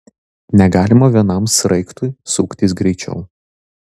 negalima vienam sraigtui suktis greičiau